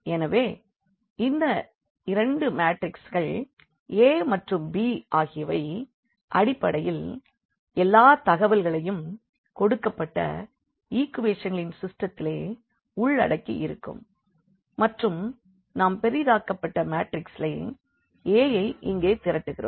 எனவே இந்த 2 மேட்ரிக்ஸ்கள் a மற்றும் b ஆகியவை அடிப்படையிலே எல்லா தகவல்களையும் கொடுக்கப்பட்ட ஈக்குவேஷன்களின் சிஸ்டெத்திலே உள்ளடக்கி இருக்கும் மற்றும் நாம் பெரிதாக்கப்பட்ட மேட்ரிக்சிலே a யை இங்கே திரட்டுகிறோம்